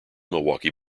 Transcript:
milwaukee